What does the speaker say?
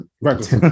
right